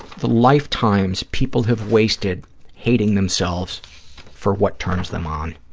the lifetimes people have wasted hating themselves for what turns them on.